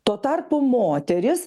tuo tarpu moteris